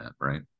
Right